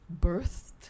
birthed